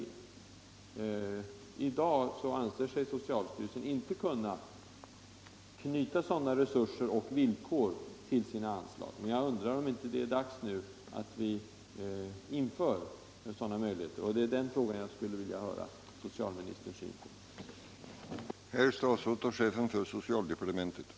I dag anser sig socialstyrelsen inte kunna knyta sådana resurser och villkor till sina anslag. Men jag undrar om det inte är dags nu att vi inför sådana möjligheter. Jag skulle vilja höra socialministerns syn på den frågan.